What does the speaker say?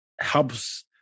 helps